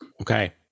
Okay